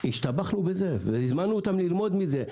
השתבחנו בזה והזמנו אותם ללמוד מזה.